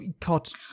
caught